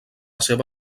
seva